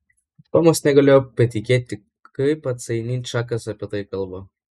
tomas negalėjo patikėti kaip atsainiai čakas apie tai kalba